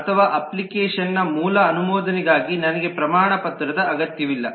ಅಥವಾ ಅಪ್ಲಿಕೇಶನ್ನ ಮೂಲ ಅನುಮೋದನೆಗಾಗಿ ನನಗೆ ಪ್ರಮಾಣಪತ್ರದ ಅಗತ್ಯವಿಲ್ಲ